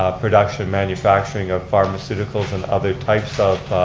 production manufacturing of pharmaceuticals and other types of